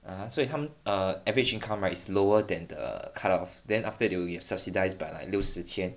(uh huh) 所以他们 err average income right is lower than the cut off then after that they get subsidized by like 六十千